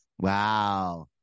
Wow